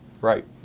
Right